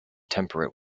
temperate